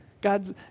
God's